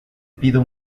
pido